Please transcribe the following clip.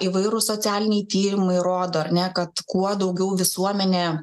įvairūs socialiniai tyrimai rodo ar ne kad kuo daugiau visuomenė